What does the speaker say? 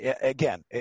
Again